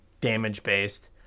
damage-based